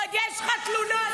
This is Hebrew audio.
ועוד יש לך תלונות.